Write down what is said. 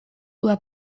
uda